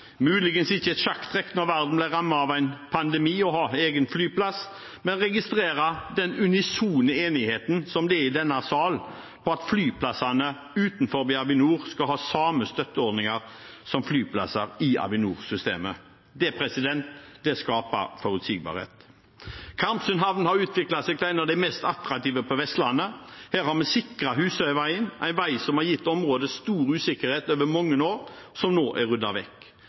muligens ikke et sjakktrekk da verden ble rammet av en pandemi å ha egen flyplass, men vi registrerer den unisone enigheten som er i denne sal om at flyplassene utenfor Avinor skal ha samme støtteordninger som flyplasser i Avinor-systemet. Det skaper forutsigbarhet. Karmsund havn har utviklet seg til en av de mest attraktive på Vestlandet, og her har vi sikret Husøyveien – en vei som har gitt området stor usikkerhet over mange år, og hvor usikkerheten nå er ryddet vekk.